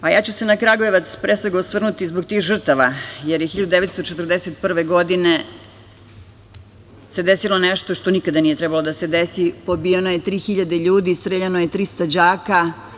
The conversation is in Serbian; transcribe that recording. Ja ću se na Kragujevac, pre svega, osvrnuti zbog tih žrtava, jer se 1941. godine desilo nešto što nikada nije trebalo da se desi, pobijeno je 3.000 ljudi, streljano je 300 đaka.